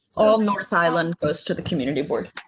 oh, north island goes to the community board.